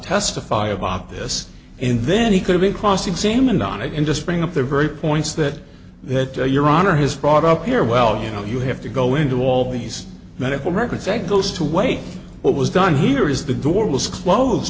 testify about this and then he could be cross examined on it and just bring up the very points that they had to your honor has brought up here well you know you have to go into all these medical records that goes to way what was done here is the door was closed